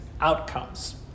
outcomes